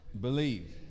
Believe